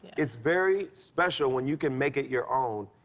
it's very special when you can make it your own.